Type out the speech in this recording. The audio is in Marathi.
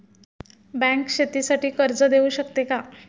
बँक शेतीसाठी कर्ज देऊ शकते का?